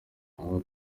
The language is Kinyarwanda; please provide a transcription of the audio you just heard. abo